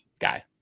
guy